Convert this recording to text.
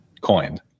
coined